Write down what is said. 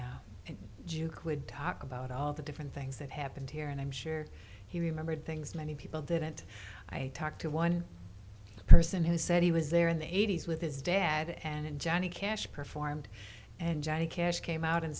would talk about all the different things that happened here and i'm sure he remembered things many people didn't i talked to one person who said he was there in the eighty's with his dad and johnny cash performed and johnny cash came out and